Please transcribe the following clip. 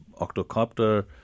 octocopter